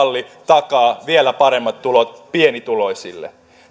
malli takaa vielä paremmat tulot pienituloisille